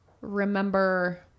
remember